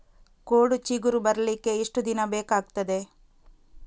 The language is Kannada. ಕೋಡು ಚಿಗುರು ಬರ್ಲಿಕ್ಕೆ ಎಷ್ಟು ದಿನ ಬೇಕಗ್ತಾದೆ?